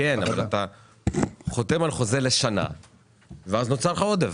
אתה חותם על חוזה לשנה ואז נוצר לך עודף,